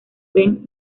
ven